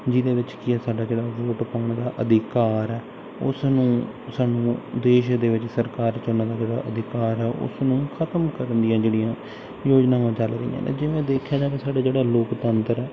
ਜਿਹਦੇ ਵਿੱਚ ਕੀ ਹੈ ਸਾਡਾ ਜਿਹੜਾ ਵੋਟ ਪਾਉਣ ਦਾ ਅਧਿਕਾਰ ਹੈ ਉਸ ਨੂੰ ਸਾਨੂੰ ਦੇਸ਼ ਦੇ ਵਿੱਚ ਸਰਕਾਰ 'ਚ ਉਹਨਾਂ ਦਾ ਜਿਹੜਾ ਅਧਿਕਾਰ ਹੈ ਉਸ ਨੂੰ ਖ਼ਤਮ ਕਰਨ ਦੀਆਂ ਜਿਹੜੀਆਂ ਯੋਜਨਾਵਾਂ ਚੱਲ ਰਹੀਆਂ ਨੇ ਜਿਵੇਂ ਦੇਖਿਆ ਜਾਵੇ ਸਾਡਾ ਜਿਹੜਾ ਲੋਕਤੰਤਰ ਹੈ